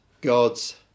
god's